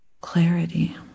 Clarity